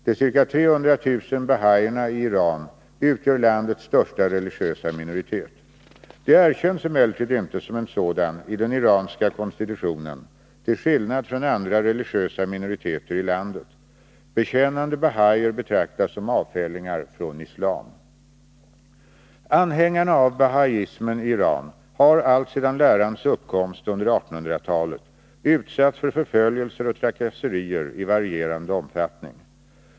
De ca 300 000 bahaierna i Iran utgör landets största religiösa minoritet. De erkänns emellertid inte som en sådan i den iranska konstitutionen till skillnad från andra religiösa minoriteter i landet. Bekännande bahaier betraktas som avfällingar från islam. Anhängarna av bahaismen i Iran har alltsedan lärans uppkomst under 1800-talet utsatts för förföljelser och trakasserier i varierande omfattning.